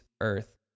earth